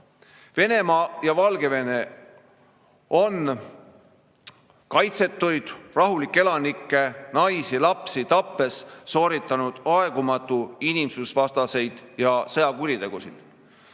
Venemaa ja Valgevene on kaitsetuid rahulikke elanikke, naisi-lapsi tappes sooritanud aegumatuid inimsusvastaseid ja sõjakuritegusid.